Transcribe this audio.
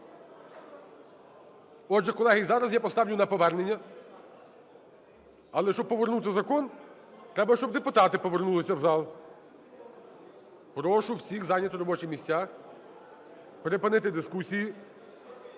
Отже, колеги, зараз я поставлю на повернення. Але, щоб повернути закон, треба щоб депутати повернулися в зал. Прошу всіх зайняти робочі місця, припинити дискусії,